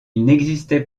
n’existait